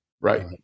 right